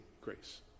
grace